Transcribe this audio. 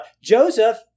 Joseph